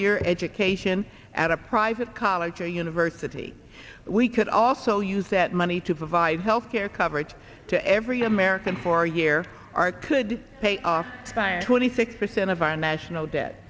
year education at a private college or university we could also use that money to provide health care coverage to every american four year are could pay off by a twenty six percent of our national debt